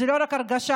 זאת לא רק הרגשה,